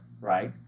right